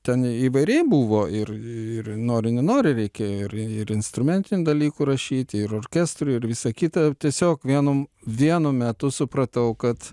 ten įvairiai buvo ir ir nori nenori reikėjo ir ir instrumentinių dalykų rašyti ir orkestrui ir visa kita tiesiog vienom vienu metu supratau kad